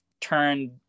turn